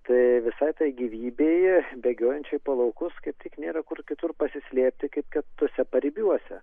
tai visai tai gyvybei bėgiojančiai po laukus kitaip nėra kur kitur pasislėpti kaip kad tuose paribiuose